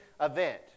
event